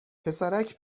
پسرک